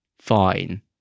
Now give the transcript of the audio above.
fine